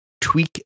tweak